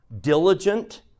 Diligent